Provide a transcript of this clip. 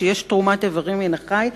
כשיש תרומת איברים מן החי,